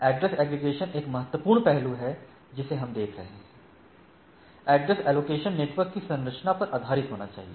address aggregation एक महत्वपूर्ण पहलू है जिसे हम देख रहे हैं ऐड्रेस एलोकेशन नेटवर्क की संरचना पर आधारित होना चाहिए